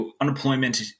unemployment